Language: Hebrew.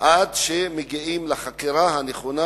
עד שמגיעים לחקירה הנכונה,